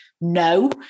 no